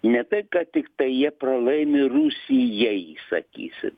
ne tai kad tiktai jie pralaimi rusijai sakysim